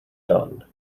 done